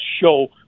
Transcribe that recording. show